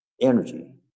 energy